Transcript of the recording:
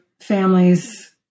families